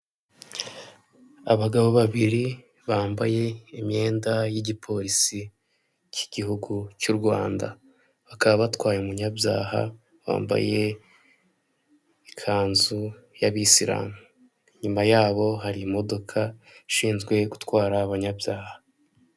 Abagabo babiri bambaye imyenda y'igipolisi cy'igihugu cy'u Rwanda, bakaba batwaye umunyabyaha wambaye ikanzu y'abisilamu, inyuma yabo hari imodoka ishinzwe gutwara abanyabyaha.